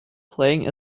playing